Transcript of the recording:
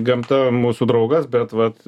gamta mūsų draugas bet vat